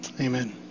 Amen